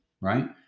right